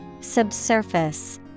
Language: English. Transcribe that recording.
Subsurface